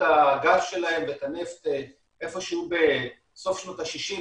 הגז שלהם ואת הנפט איפה שהוא בסוף שנות ה-60,